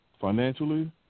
financially